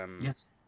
Yes